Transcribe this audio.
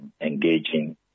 engaging